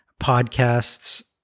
podcasts